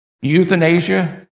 euthanasia